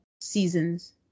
seasons